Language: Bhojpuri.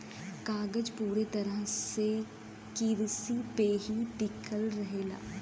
कागज पूरा तरह से किरसी पे ही टिकल रहेला